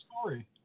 story